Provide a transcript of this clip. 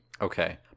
Okay